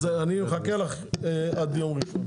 אז אני מחכה לך עד יום ראשון.